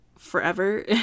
forever